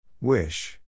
Wish